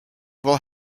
will